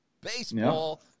Baseball